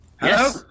Hello